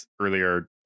earlier